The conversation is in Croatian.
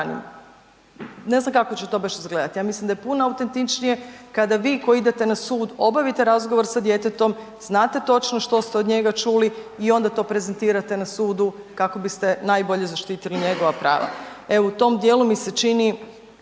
Ne znam kako će to baš izgledat, ja mislim da je puno autentičnije kada vi koji idete na sud obavite razgovor sa djetetom, znate točno što ste od njega čuli i onda to prezentirate na sudu kako biste najbolje zaštitili njegova prava, e u tom dijelu mi se čini